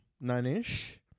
nine-ish